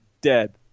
dead